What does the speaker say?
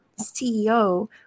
CEO